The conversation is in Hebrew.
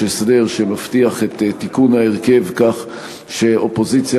ויש הסדר שמבטיח את תיקון ההרכב כך שאופוזיציה